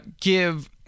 give